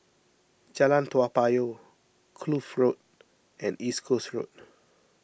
Jalan Toa Payoh Kloof Road and East Coast Road